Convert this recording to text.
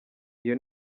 iyo